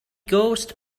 ghost